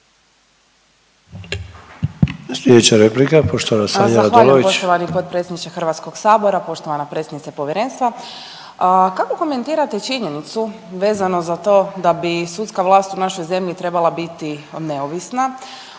Slijedeća replika poštovana Ružica Vukovac.